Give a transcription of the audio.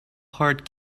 heart